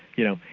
you know,